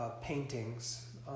Paintings